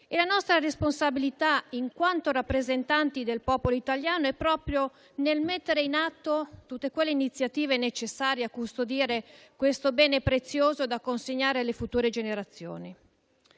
La nostra responsabilità, in quanto rappresentanti del popolo italiano, è proprio nel mettere in atto tutte le iniziative necessarie a custodire questo bene prezioso da consegnare alle future generazioni.